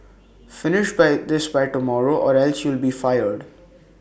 finish by this by tomorrow or else you'll be fired